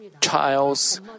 child's